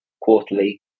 quarterly